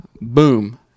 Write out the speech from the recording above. boom